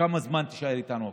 כמה זמן תישאר איתנו הקורונה,